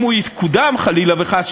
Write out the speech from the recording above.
אם הוא יקודם חלילה וחס,